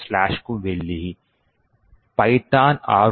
ఈ ROPGadget master కు వెళ్లి python ROPgadget